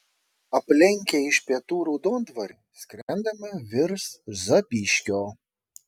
aplenkę iš pietų raudondvarį skrendame virš zapyškio